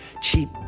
Cheap